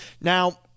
now